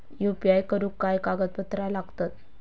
UPI करुक काय कागदपत्रा लागतत?